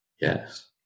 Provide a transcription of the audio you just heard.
Yes